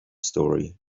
story